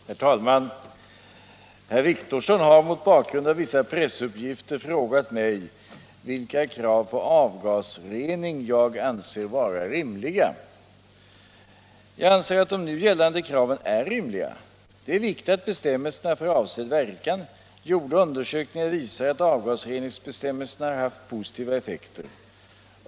Herr talman! Herr Wictorsson har - mot bakgrund av vissa pressuppgifter — frågat mig vilka krav på avgasrening jag anser vara rimliga. Jag anser att de nu gällande kraven är rimliga. Det är viktigt att bestämmelserna får avsedd verkan. Gjorda undersökningar visar att avgasreningsbestämmelserna har haft positiva effekter.